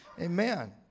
Amen